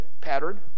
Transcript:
pattern